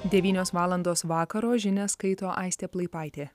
devynios valandos vakaro žinias skaito aistė plaipaitė